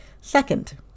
Second